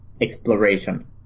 exploration